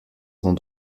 vont